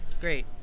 great